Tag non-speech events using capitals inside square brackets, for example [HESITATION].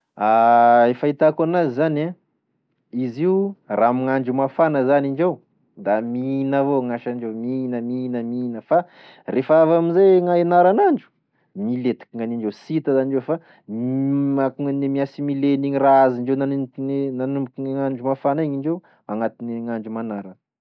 [HESITATION] E fahitako anazy zany e, izy io raha amegn'andro mafana zany indreo da mihina avao gn'asandreo mihina mihina mihina fa rehefa avy amizay e gna e naran'andro milentiky gnanindreo sy hita zany indreo fa [HESITATION] akone miassimile gne raha azondreo nanomboky gne nanombiky an'andro mafana igny indreo agnatiny gn'andro manara.